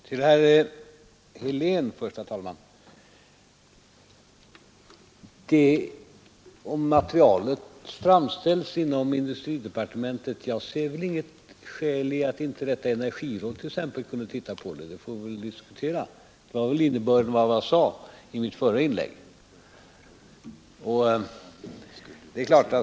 Herr talman! Till herr Helén först ett svar på frågan om materialet framställs inom industridepartementet. Jag ser inget skäl till att inte detta energiråd t.ex. kunde titta på det; det får vi väl diskutera. Detta var innebörden i vad jag sade i mitt förra inlägg.